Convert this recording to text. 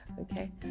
okay